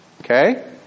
Okay